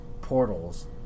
portals